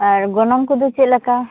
ᱟᱨ ᱜᱚᱱᱚᱝ ᱠᱚᱫᱚ ᱪᱮᱫᱞᱮᱠᱟ